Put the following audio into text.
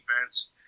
defense